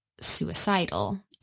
suicidal